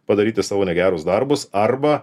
padaryti savo negerus darbus arba